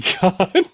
God